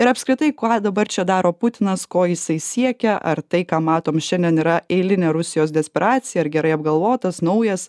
ir apskritai ką dabar čia daro putinas ko jisai siekia ar tai ką matom šiandien yra eilinė rusijos desperacija ar gerai apgalvotas naujas